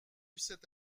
cette